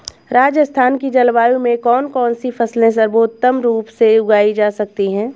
राजस्थान की जलवायु में कौन कौनसी फसलें सर्वोत्तम रूप से उगाई जा सकती हैं?